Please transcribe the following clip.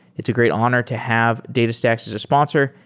it's a great honor to have datastax as a sponsor,